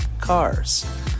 cars